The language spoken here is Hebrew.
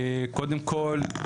קודם כל,